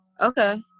Okay